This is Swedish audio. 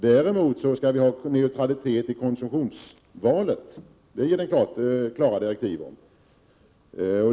Däremot skall vi ha neutralitet i konsumtionsvalet — det finns det klara direktiv om.